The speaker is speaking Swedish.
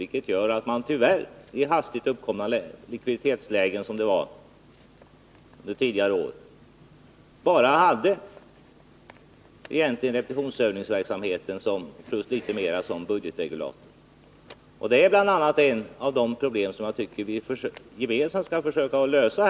Det gör att man tyvärr i hastigt uppkomna likviditetslägen, som det var tidigare år, egentligen bara har haft repetitionsövningsverksamheten och litet annat att ta till som budgetregulator. Det här är ett av de problem som jag tycker att vi gemensamt skall försöka lösa.